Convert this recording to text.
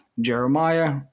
Jeremiah